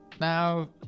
Now